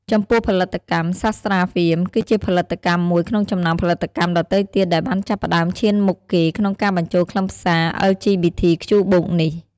ចំពោះផលិតកម្ម សាស្ត្រាហ្វៀម គឺជាផលិតកម្មមួយក្នុងចំណោមផលិតកម្មដទៃទៀតដែលបានចាប់ផ្តើមឈានមុខគេក្នុងការបញ្ចូលខ្លឹមសារ អិល ជី ប៊ី ធី ខ្ជូ បូក (LGBTQ+) នេះ។